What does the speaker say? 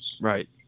Right